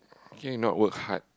okay not work hard